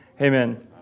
amen